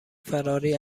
فراری